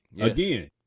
again